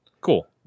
cool